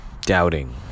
Doubting